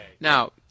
Now